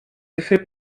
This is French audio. effets